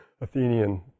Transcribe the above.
Athenian